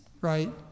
right